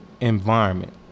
environment